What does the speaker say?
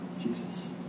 Jesus